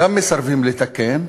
גם מסרבים לתקן,